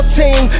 team